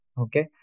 okay